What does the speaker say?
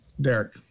Derek